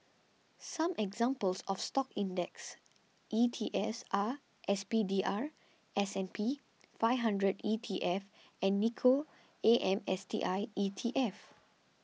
some examples of stock index E T S R S P D R S and P Five Hundred E T F and Nikko A M S T I E T F